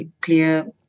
clear